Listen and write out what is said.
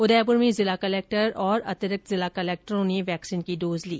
उदयपुर में जिला कलेक्टर और अतिरिक्त जिला कलेक्टरों ने भी वैक्सीन की डोज ली